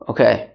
Okay